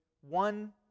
one